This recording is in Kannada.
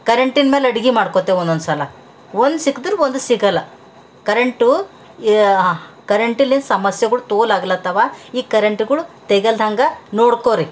ಕರೆಂಟಿನ ಮೇಲೆ ಅಡ್ಗೆ ಮಾಡ್ಕೊಳ್ತೇವೆ ಒಂದೊದ್ಸಲ ಒಂದು ಸಿಕ್ದ್ರೆ ಒಂದು ಸಿಗಲ್ಲ ಕರೆಂಟು ಯ ಕರೆಂಟಲ್ಲಿ ಸಮಸ್ಯೆಗಳು ತೋಲು ಆಗ್ಲತ್ತವ ಈ ಕರೆಂಟುಗಳು ತೆಗಿಯಲ್ದಂಗ ನೋಡ್ಕೊಳ್ರಿ